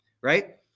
right